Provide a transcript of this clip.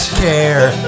care